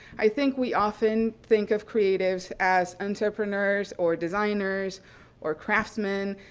i think we often think of creatives as entrepreneurs or designers or craftsmen.